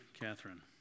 Catherine